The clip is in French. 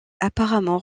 apparemment